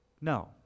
No